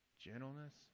gentleness